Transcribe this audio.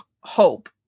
hope